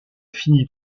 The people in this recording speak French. finit